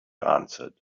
answered